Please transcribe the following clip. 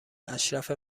اشرف